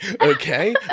Okay